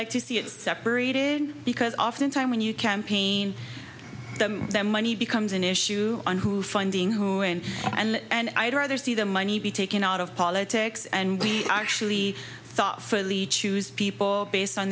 like to see it separated because oftentimes when you campaign them their money becomes an issue on who funding who and and and i'd rather see the money be taken out of politics and we actually thought for the choose people based on